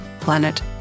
planet